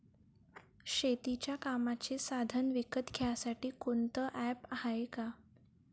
शेतीच्या कामाचे साधनं विकत घ्यासाठी कोनतं ॲप हाये का?